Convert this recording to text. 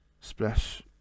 splash